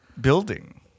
building